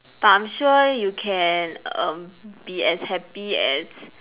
but I'm sure you can um be as happy as